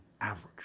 average